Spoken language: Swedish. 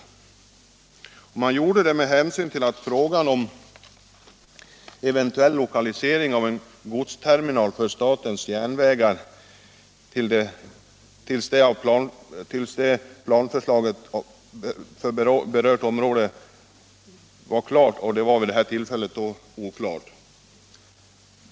Man gjorde det ”med hänsyn till att frågan om eventuell lokalisering av en godsterminal för statens järnvägar till det av planförslaget berörda området ännu är oklar”.